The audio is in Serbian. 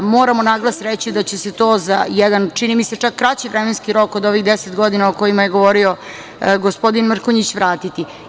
Moramo naglas reći da će se to za jedan čini mi se čak kraći vremenski rok, od ovih deset godina o kojima je govorio gospodin Mrkonjić, vratiti.